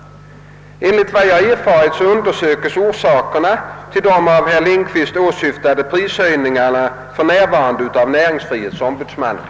Enligt vad jag erfarit undersöks orsakerna till de av herr Lindkvist åsyftade prishöjningarna för närvarande av näringsfrihetsombudsmannen.